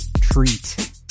treat